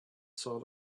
sort